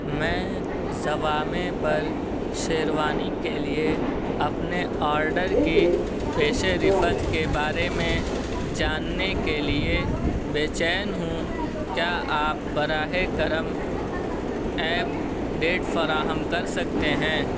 میں زوامے پر شیروانی کے لیے اپنے آرڈر کی پیشے رفت کے بارے میں جاننے کے لیے بے چین ہوں کیا آپ براہ کرم اپ ڈیٹ فراہم کر سکتے ہیں